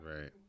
Right